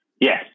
Yes